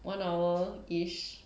one hour-ish